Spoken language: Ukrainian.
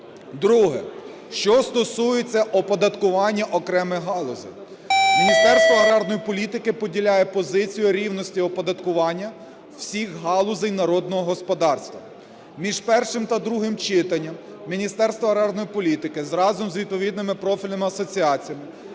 Друге, що стосується оподаткування окремих галузей. Міністерство аграрної політики поділяє позицію рівності оподаткування всіх галузей народного господарства. Між першим та другим читанням Міністерство аграрної політики разом з відповідними профільними асоціаціями,